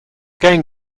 game